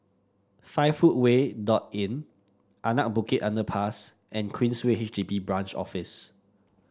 Five Footway Inn Anak Bukit Underpass and Queensway H D B Branch Office